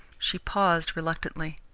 she paused reluctantly.